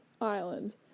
island